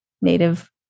Native